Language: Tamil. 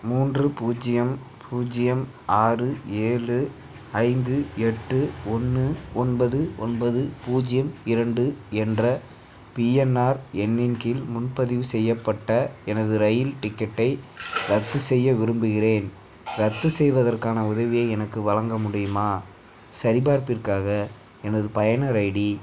மூன்று பூஜ்ஜியம் பூஜ்ஜியம் ஆறு ஏழு ஐந்து எட்டு ஒன்று ஒன்பது ஒன்பது பூஜ்ஜியம் இரண்டு என்ற பிஎன்ஆர் எண்ணின் கீழ் முன்பதிவு செய்யப்பட்ட எனது இரயில் டிக்கெட்டை ரத்து செய்ய விரும்புகிறேன் ரத்து செய்வதற்கான உதவியை எனக்கு வழங்க முடியுமா சரிபார்ப்பிற்காக எனது பயனர் ஐடி